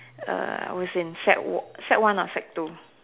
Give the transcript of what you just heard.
err I was in sec one sec one lah or sec two